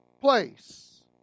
place